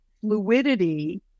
fluidity